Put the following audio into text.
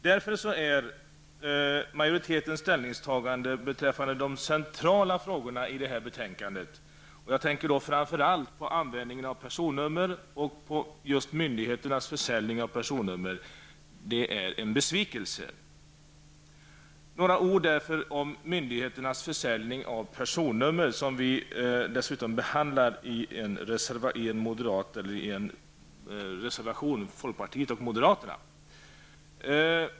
Därför är majoritetens ställningstagande beträffande de centrala frågorna i det här betänkandet -- jag tänker framför allt på användningen av personnummer och på myndigheternas försäljning av personuppgifter -- en besvikelse. Några ord därför om myndigheternas försäljning av personnummer, som vi dessutom behandlar i en reservation från folkpartiet och moderaterna.